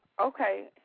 Okay